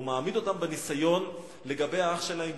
הוא מעמיד אותם בניסיון לגבי אח שלהם,